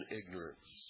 ignorance